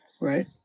right